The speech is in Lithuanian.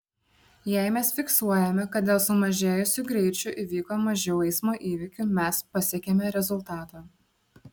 jei mes fiksuojame kad dėl sumažėjusių greičių įvyko mažiau eismo įvykių mes pasiekiame rezultatą